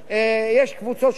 חבר הכנסת אמנון כהן,